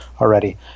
already